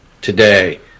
today